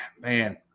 man